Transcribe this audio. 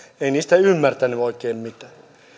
ei niistä ymmärtänyt oikein mitään